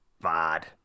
bad